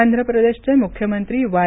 आंध्र प्रदेशचे मुख्यमंत्री वाय